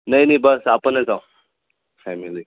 नाही नी बस आपणच आहो फॅमिली